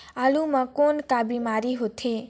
आलू म कौन का बीमारी होथे?